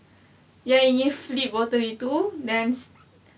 ia ingin flip bottle itu then